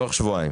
תוך שבועיים.